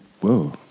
whoa